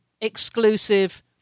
exclusive